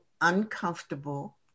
uncomfortable